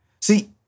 See